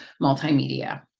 multimedia